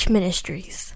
Ministries